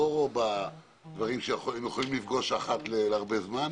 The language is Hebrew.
לא בדברים שהם יכולים לפגוש אחת להרבה זמן,